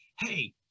Hey